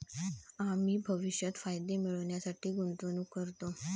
आम्ही भविष्यात फायदे मिळविण्यासाठी गुंतवणूक करतो